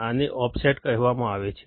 આને ઓફસેટ કહેવામાં આવે છે